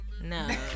No